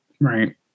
right